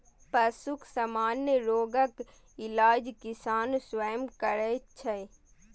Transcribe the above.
पशुक सामान्य रोगक इलाज किसान स्वयं करै छै